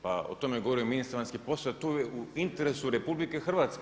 Pa o tome je govorio ministar vanjskih poslova, to je u interesu RH.